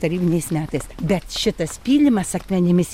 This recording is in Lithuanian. tarybiniais metais bet šitas pylimas akmenimis